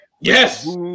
Yes